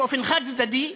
באופן חד-צדדי,